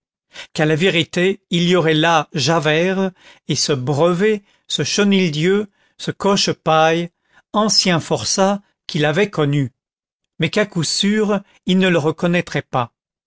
qu'à la vérité il y aurait là javert et ce brevet ce chenildieu ce cochepaille anciens forçats qui l'avaient connu mais qu'à coup sûr ils ne le reconnaîtraient pas